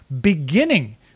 beginning